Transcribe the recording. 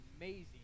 amazing